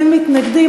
אין מתנגדים.